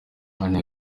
aline